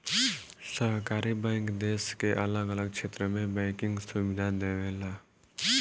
सहकारी बैंक देश के अलग अलग क्षेत्र में बैंकिंग सुविधा देवेला